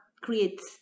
creates